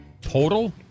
Total